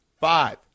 Five